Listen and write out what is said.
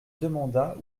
demanda